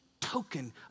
token